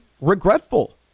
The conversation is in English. regretful